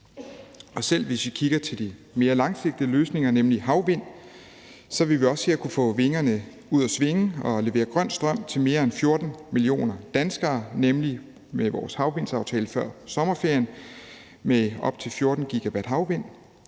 Selv hvis vi kigger til de mere langsigtede løsninger, nemlig havvind, vil vi også her kunne få vingerne ud at svinge og levere grøn strøm til mere end 14 millioner husstande i Danmark og Europa, nemlig med vores havvindsaftale fra før sommerferien med op til 14 GW havvind,